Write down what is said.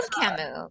Camus